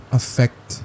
affect